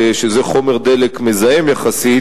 חומר מזהם יחסית,